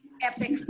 Epic